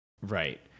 Right